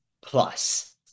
plus